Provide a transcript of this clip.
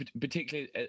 particularly